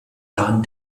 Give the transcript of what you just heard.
lahn